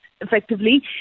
effectively